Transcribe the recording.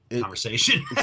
conversation